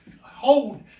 hold